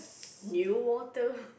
new water